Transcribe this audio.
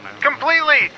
completely